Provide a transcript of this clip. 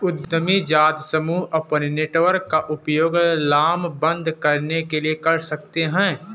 उद्यमी जातीय समूह अपने नेटवर्क का उपयोग लामबंद करने के लिए करते हैं